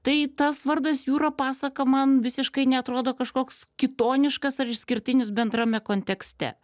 tai tas vardas jūra pasaka man visiškai neatrodo kažkoks kitoniškas ar išskirtinis bendrame kontekste